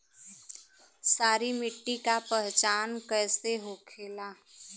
सारी मिट्टी का पहचान कैसे होखेला?